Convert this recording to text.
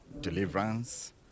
deliverance